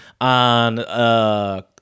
on